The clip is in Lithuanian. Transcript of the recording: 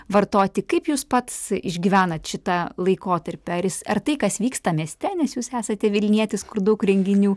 vartoti kaip jūs pats išgyvenat šitą laikotarpį ar jis ar tai kas vyksta mieste nes jūs esate vilnietis kur daug renginių